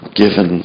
given